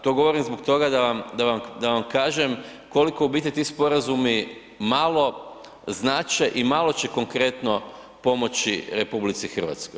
To govorim zbog toga da vam kažem koliko u biti ti sporazumi malo znače i malo će konkretno pomoći RH.